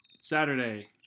Saturday